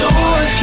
Lord